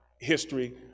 history